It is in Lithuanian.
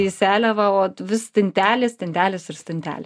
į seliavą o vis stintelės stinetelės ir stintelė